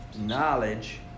knowledge